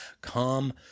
come